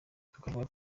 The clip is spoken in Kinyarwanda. akavuga